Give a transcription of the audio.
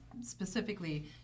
specifically